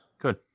Good